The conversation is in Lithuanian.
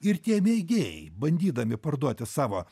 ir tie mėgėjai bandydami parduoti savo